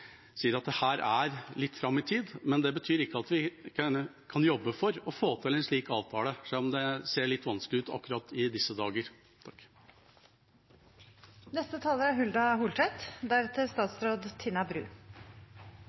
sier at dette er litt fram i tid, men det betyr ikke at vi ikke kan jobbe for å få til en slik avtale, selv om det ser litt vanskelig ut akkurat i disse dager.